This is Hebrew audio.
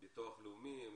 ביטוח לאומי,